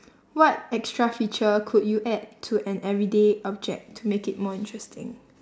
what extra feature could you add to an everyday object to make it more interesting